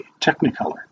Technicolor